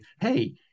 Hey